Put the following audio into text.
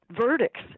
verdicts